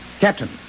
Captain